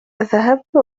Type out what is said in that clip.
ذهبت